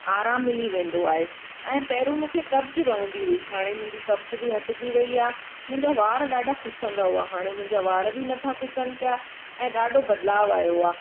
आराम मिली वेंदो आहे ऐं पहिरों मूंखे कब्ज़ रहंदी हुई हाणे मुंहिंजी कब्ज़ बि हटिजी वई आहे मुंहिंजा वार ॾाढा खुसंदा हुआ हाणे मुंहिंजा वार बि नथा खुसनि पिया ऐं ॾाढो बदिलाउ आयो आहे